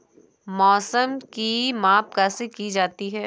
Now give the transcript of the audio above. मौसम की माप कैसे की जाती है?